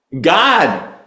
God